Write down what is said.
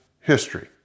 history